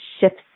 shifts